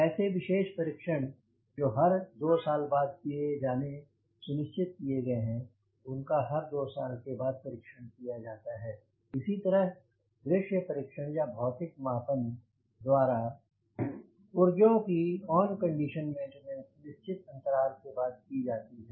ऐसे विशेष परीक्षण जो हर 2 साल बाद किए जाने सुनिश्चित किए गए हैं उनका हर 2 साल के बाद परीक्षण किया जाता है इसी तरह दृश्य परीक्षण या भौतिक मापन द्वारा पूर्वजों की ऑन कंडीशन मेंटेनेंस निश्चित अंतराल के बाद की जाती है